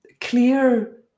clear